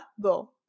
go